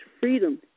freedom